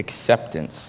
acceptance